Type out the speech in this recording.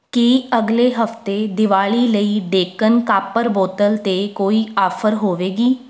ਕੀ ਅਗਲੇ ਹਫਤੇ ਦੀਵਾਲੀ ਲਈ ਡੇਕਨ ਕਾਪਰ ਬੋਤਲ 'ਤੇ ਕੋਈ ਆਫ਼ਰ ਹੋਵੇਗੀ